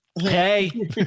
Hey